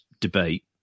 debate